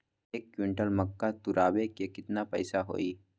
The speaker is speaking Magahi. एक क्विंटल मक्का तुरावे के केतना पैसा होई?